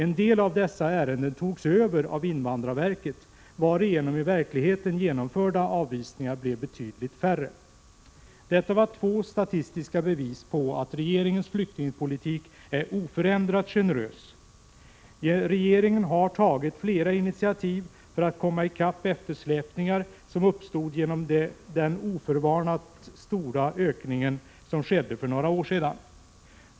En del av dessa ärenden togs över av invandrarverket, varigenom i verkligheten genomförda avvisningar blev betydligt färre. Detta var två statistiska bevis på att regeringens flyktingpolitik är oförändrat generös. Regeringen har tagit flera initiativ för att komma i kapp eftersläpningar som uppstod genom den oförvarnat stora ökning som skedde för några år sedan.